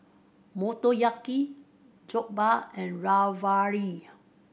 Motoyaki Jokbal and Ravioli